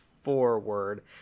forward